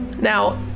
Now